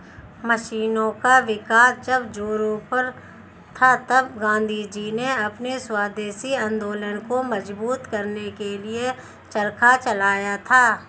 मशीनों का विकास जब जोरों पर था तब गाँधीजी ने स्वदेशी आंदोलन को मजबूत करने के लिए चरखा चलाया था